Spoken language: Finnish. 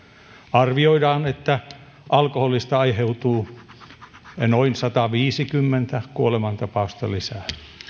arvioidaan että alkoholista aiheutuu noin sataviisikymmentä kuolemantapausta lisää